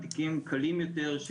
תיקים קלים יותר,